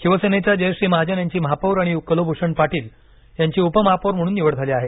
शिवसेनेच्या जयश्री महाजन यांची महापौर आणि कुलभूषण पाटील यांची उपमहापौर म्हणून निवड झाली आहे